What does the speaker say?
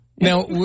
Now